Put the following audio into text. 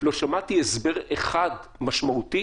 לא שמעתי הסבר אחד משמעותי